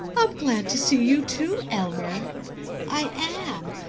i'm glad to see you too, elmer i am,